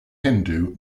hindu